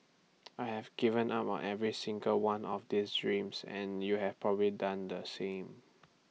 I've given up on every single one of these dreams and you've probably done the same